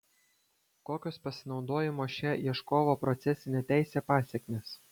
kokios pasinaudojimo šia ieškovo procesine teise pasekmės